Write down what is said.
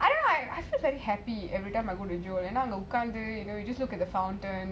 I feel very happy every time I go to jewel என்ன அங்க உக்காந்து:enna anga ukanthu you know the fountain